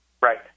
Right